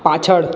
પાછળ